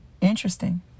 Interesting